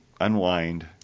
Unwind